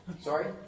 Sorry